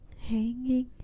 Hanging